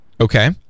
Okay